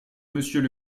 monsieur